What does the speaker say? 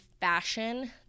fashion